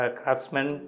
craftsmen